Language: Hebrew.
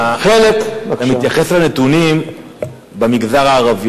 זו גם התשובה שלי.